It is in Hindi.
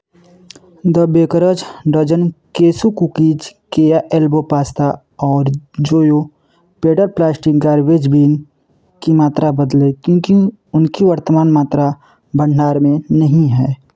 the baker's dozen cashew cookies केया एल्बो पास्ता और जोयो पेडल प्लास्टिक गार्बेज बिन की मात्रा बदलें क्योंकि उनकी वर्तमान मात्रा भंडार में नहीं है